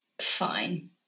fine